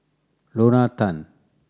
Lorna Tan